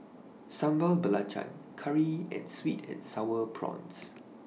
Sambal Belacan Curry and Sweet and Sour Prawns